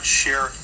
share